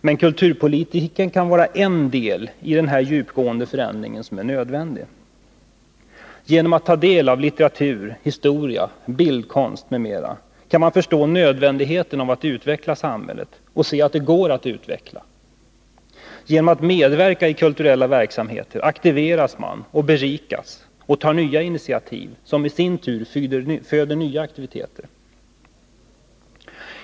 Men kulturpolitiken kan vara en del i denna djupgående förändring, som är nödvändig. Genom att ta del av litteratur, historia, bildkonst m.m. kan man förstå nödvändigheten av att utveckla samhället — och se att det går att utveckla det. Genom att medverka i kulturella verksamheter aktiveras och berikas man samt tar nya initiativ, som i sin tur föder nya aktiviteter.